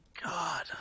God